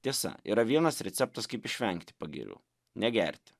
tiesa yra vienas receptas kaip išvengti pagirių negerti